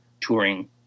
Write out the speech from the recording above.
touring